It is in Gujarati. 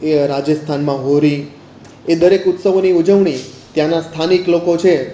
એ રાજસ્થાનમાં હોળી એ દરેક ઉત્સવોની ઉજવણી ત્યાંના સ્થાનિક લોકો છે